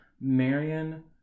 Marion